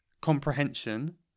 comprehension